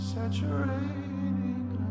Saturating